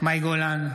מאי גולן,